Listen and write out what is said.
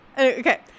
okay